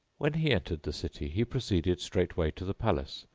when he entered the city he proceeded straightway to the palace,